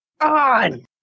on